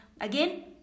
again